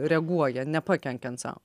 reaguoja nepakenkiant sau